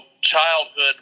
childhood